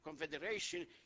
confederation